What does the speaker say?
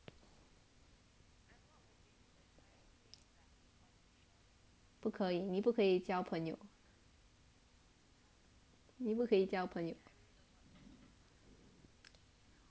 不可以你不可以交朋友你不可以交朋友